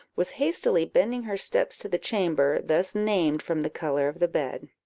was hastily bending her steps to the chamber, thus named from the colour of the bed.